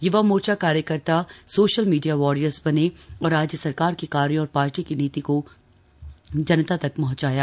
य्वा मोर्चा कार्यकर्ता सोशल मीडिया वॉरियर्स बनें और राज्य सरकार के कार्यों और पार्टी की नीति को जनता तक पहुंचाएं